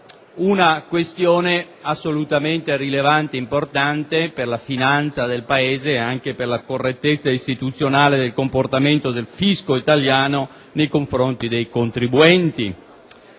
è questione assolutamente rilevante e importante per la finanza del Paese e per la correttezza istituzionale del comportamento del fisco italiano nei confronti dei contribuenti.